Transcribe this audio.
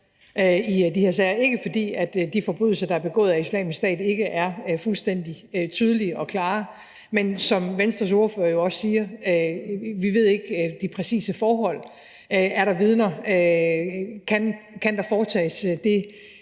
i de her sager. Det er ikke, fordi de forbrydelser, der er begået af Islamisk Stat, ikke er fuldstændig tydelige og klare, men som Venstres ordfører jo også siger, ved vi ikke, hvad de præcise forhold har været. Er der vidner? Kan der foretages det